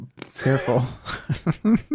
Careful